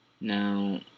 Now